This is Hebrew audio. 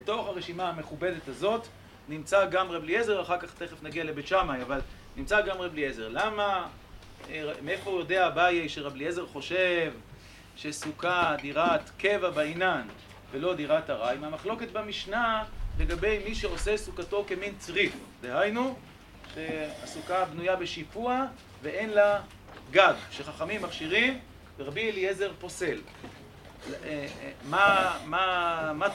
בתוך הרשימה המכובדת הזאת נמצא גם רבי אליעזר, אחר כך תכף נגיע לבית שמאי, אבל נמצא גם רבי אליעזר. למה... מאיפה הוא יודע, הבעיה היא שרבי אליעזר חושב שסוכה דירת קבע בעינן ולא דירת הריים. המחלוקת במשנה לגבי מי שעושה סוכתו כמין צריף. דהיינו שהסוכה בנויה בשיפוע ואין לה גב, שחכמים מכשירים, ורבי אליעזר פוסל. מה... מה...